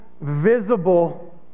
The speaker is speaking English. visible